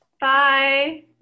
Bye